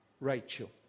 Rachel